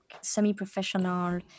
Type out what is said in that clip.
semi-professional